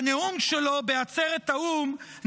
בנאום שלו בעצרת האו"ם,